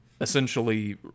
essentially